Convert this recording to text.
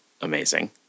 amazing